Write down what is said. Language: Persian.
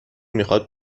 میخواد